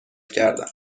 کردم